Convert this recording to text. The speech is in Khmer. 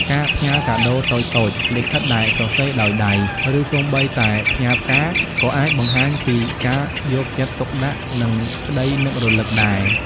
ការផ្ញើកាដូតូចៗ លិខិតដែលសរសេរដោយដៃ ឬសូម្បីតែផ្ញើផ្កា ក៏អាចបង្ហាញពីការយកចិត្តទុកដាក់ និងក្តីនឹករលឹកដែរ។